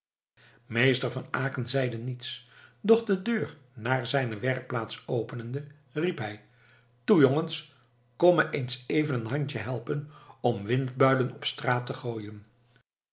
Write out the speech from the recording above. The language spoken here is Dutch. meester van aecken zeide niets doch de deur naar zijne werkplaats openende riep hij toe jongens komt me eens even een handje helpen om windbuilen op straat te gooien